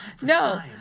no